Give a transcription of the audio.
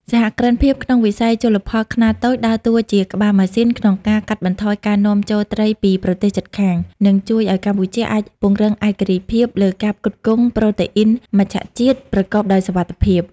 សហគ្រិនភាពក្នុងវិស័យជលផលខ្នាតតូចដើរតួជាក្បាលម៉ាស៊ីនក្នុងការកាត់បន្ថយការនាំចូលត្រីពីប្រទេសជិតខាង និងជួយឱ្យកម្ពុជាអាចពង្រឹងឯករាជ្យភាពលើការផ្គត់ផ្គង់ប្រូតេអ៊ីនមច្ឆជាតិប្រកបដោយសុវត្ថិភាព។